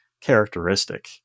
characteristic